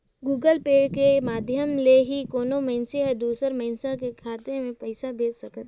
Google Pay के माधियम ले ही कोनो मइनसे हर दूसर मइनसे के खाता में पइसा भेज सकत हें